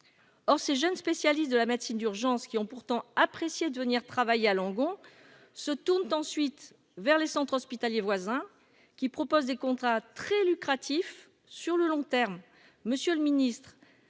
or ces jeunes, spécialiste de la médecine d'urgence qui ont pourtant apprécié de venir travailler à Langon se tourne ensuite vers les centres hospitaliers voisins qui propose des contrats très lucratifs sur le long terme, monsieur le Ministre,